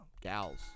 Gals